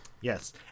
Yes